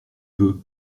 veux